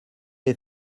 est